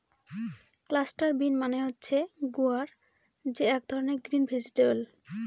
cluster bean মানে হচ্ছে গুয়ার যে এক ধরনের গ্রিন ভেজিটেবল